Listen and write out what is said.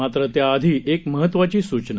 मात्र त्याआधी एक महत्त्वाची सूचना